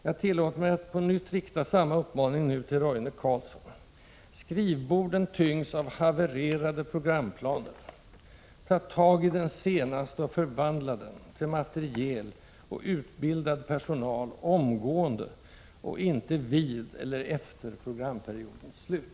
Jag tillåter mig att på nytt rikta samma uppmaning nu till Roine Carlsson: Skrivborden tyngs av havererade programplaner. Ta tag i den senaste och förvandla den till materiel och — utbildad — personal omgående och inte vid eller efter programperiodens slut.